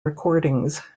recordings